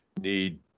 need